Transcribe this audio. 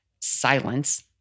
silence